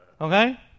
Okay